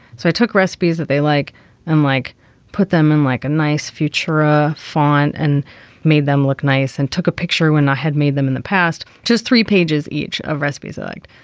so i took recipes that they like and like put them in like a nice future ah font and made them look nice and took a picture when i had made them in the past, just three pages, each of recipes i liked.